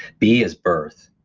b is birth,